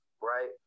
Right